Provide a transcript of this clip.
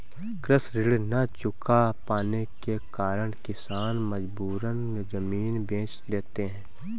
कृषि ऋण न चुका पाने के कारण किसान मजबूरन जमीन बेच देते हैं